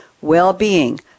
well-being